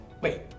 Wait